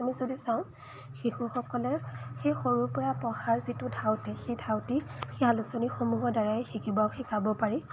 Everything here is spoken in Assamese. আমি যদি চাওঁ শিশুসকলে সেই সৰুৰপৰা পঢ়াৰ যিটো ধাউতি সেই ধাউতি সেই আলোচনীসমূহৰ দ্বাৰাই শিকিব শিকাব পাৰি